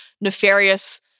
nefarious